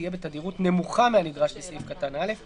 תהיה בתדירות נמוכה מהנדרש בסעיף קטן (א);